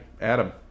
Adam